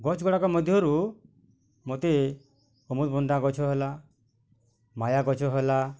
ଗଛ୍ଗୁଡ଼ାକ ମଧ୍ୟରୁ ମୋତେ ଅମୃତ୍ଭଣ୍ଡା ଗଛ ହେଲା ମାୟା ଗଛ ହେଲା